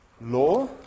law